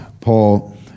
Paul